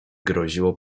groziło